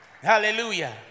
Hallelujah